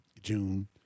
june